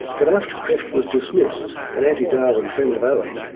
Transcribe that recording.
but after krefft was dismissed, an anti-darwin friend of owen,